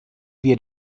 wir